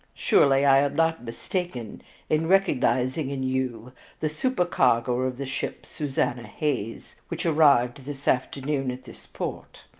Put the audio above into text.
surely i am not mistaken in recognizing in you the supercargo of the ship susanna hayes, which arrived this afternoon at this port?